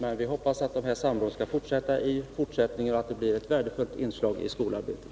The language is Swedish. Jag hoppas att detta samråd skall fortsätta även i framtiden och att det blir ett värdefullt inslag i skolarbetet.